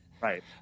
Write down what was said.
Right